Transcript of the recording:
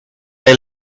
they